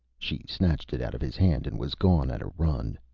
she snatched it out of his hand and was gone at a run.